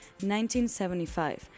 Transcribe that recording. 1975